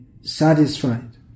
satisfied